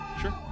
Sure